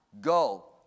go